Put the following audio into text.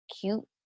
cute